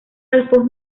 alfoz